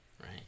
Right